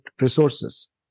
resources